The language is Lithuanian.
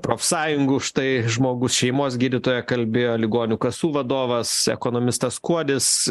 profsąjungų štai žmogus šeimos gydytoja kalbėjo ligonių kasų vadovas ekonomistas kuodis